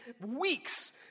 weeks